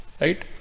Right